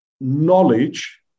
knowledge